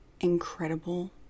incredible